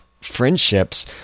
friendships